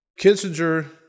Kissinger